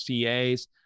CAs